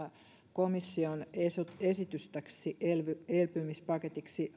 komission esitys täksi elpymispaketiksi